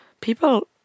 people